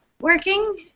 working